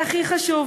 הכי חשוב,